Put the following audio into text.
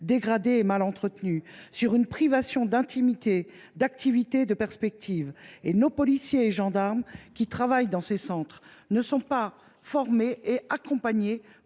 dégradés et mal entretenus, sur la privation d’intimité, d’activité et de perspectives qu’ils font subir. En outre, nos policiers et gendarmes qui travaillent dans ces centres ne sont pas formés et accompagnés